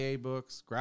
books